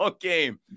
game